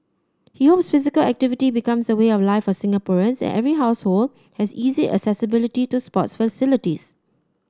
he hopes physical activity becomes a way of life for Singaporeans and every household has easy accessibility to sports facilities